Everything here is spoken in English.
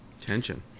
Tension